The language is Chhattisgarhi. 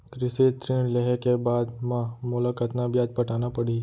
कृषि ऋण लेहे के बाद म मोला कतना ब्याज पटाना पड़ही?